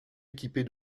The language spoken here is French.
équipée